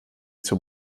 zur